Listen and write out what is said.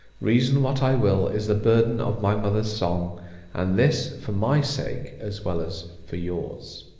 reason what i will, is the burden of my mother's song and this, for my sake, as well as for yours.